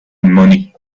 money